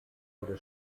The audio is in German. wurde